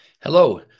Hello